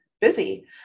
busy